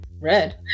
red